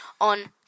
on